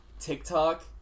tiktok